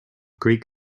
greek